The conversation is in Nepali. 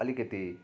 अलिकति